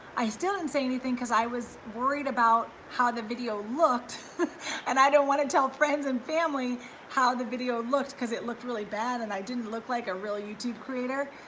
i still didn't say anything cause i was worried about how the video looked and i don't wanna tell friends and family how the video looked cause it looked really bad and i didn't look like a real youtube creator.